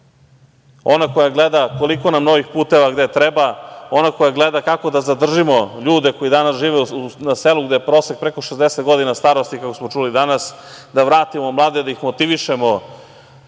ona koja gleda koliko nam novih puteva gde treba, ona koja gleda kako da zadržimo ljude koji danas žive na selu, gde je prosek preko 60 godina starosti, kako smo čuli danas, da vratimo mlade, da ih motivišemo